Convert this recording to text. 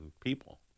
people